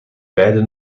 beide